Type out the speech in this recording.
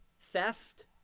theft